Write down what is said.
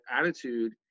attitude